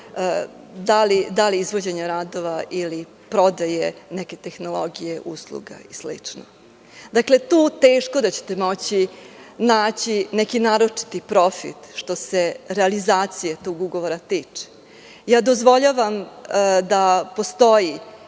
da li izvođenja radova, prodaje neke tehnologije, usluga i slično. Teško da ćete moći naći neki naročiti profit, što se realizacije tog ugovora tiče. Dozvoljavam da postoji